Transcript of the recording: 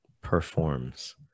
performs